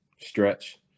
stretch